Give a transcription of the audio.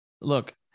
look